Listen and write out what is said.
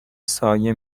سایه